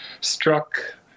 struck